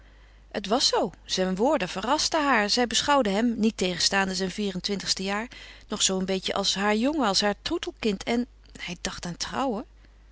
het was zoo zijn woorden verrasten haar zij beschouwde hem niettegenstaande zijn vier-en-twintigste jaar nog zoo een beetje als haar jongen als haar troetelkind en hij dacht aan trouwen